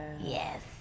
Yes